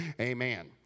Amen